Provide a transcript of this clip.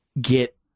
get